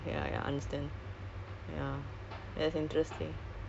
then what you feel what